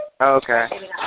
okay